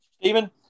Stephen